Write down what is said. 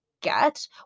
get